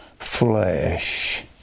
flesh